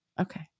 Okay